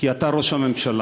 כי אתה ראש הממשלה.